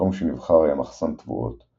המקום שנבחר היה מחסן תבואות,